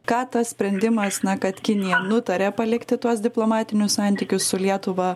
ką tas sprendimas na kad kinija nutarė palikti tuos diplomatinius santykius su lietuva